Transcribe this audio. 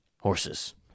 Horses